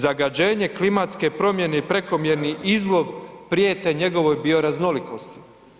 Zagađenje, klimatske promjene i prekomjerni izlov prijete njegovoj bioraznolikosti.